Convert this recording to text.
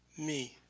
me.